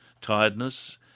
tiredness